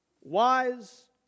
wise